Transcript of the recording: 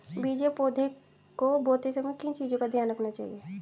बीज या पौधे को बोते समय किन चीज़ों का ध्यान रखना चाहिए?